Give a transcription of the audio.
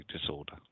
disorder